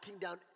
down